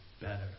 better